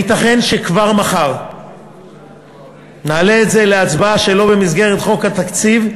ייתכן שכבר מחר נעלה את זה להצבעה שלא במסגרת חוק התקציב,